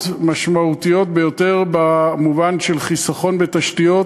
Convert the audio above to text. משמעותיות ביותר במובן של חיסכון בתשתיות,